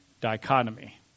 dichotomy